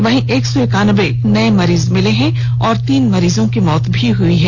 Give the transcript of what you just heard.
वहीं एक सौ एकानबे नए मरीज मिले हैं और तीन मरीजों की मौत हो गई है